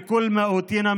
למקום זה,